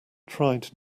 tried